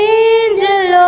angel